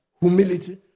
humility